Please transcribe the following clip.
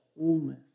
wholeness